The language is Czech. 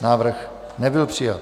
Návrh nebyl přijat.